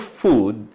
food